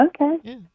Okay